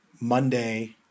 Monday